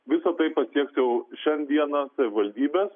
visa tai pasieks jau šiandieną savivaldybes